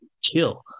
chill